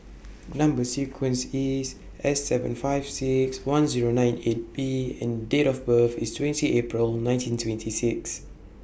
Number sequence IS S seven five six one Zero nine eight B and Date of birth IS twentieth April nineteen twenty six